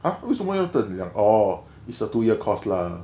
!huh! 为什么要等两 orh it's a two year course lah